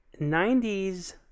90s